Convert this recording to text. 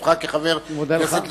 זכותך כחבר הכנסת לדבר.